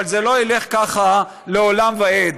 אבל זה לא ילך ככה לעולם ועד.